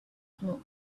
smoke